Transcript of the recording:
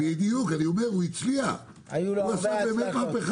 בדיוק, אני אומר שהוא הצליח, הוא עשה באמת מהפכה.